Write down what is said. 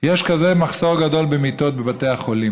יש כזה מחסור גדול במיטות בבתי החולים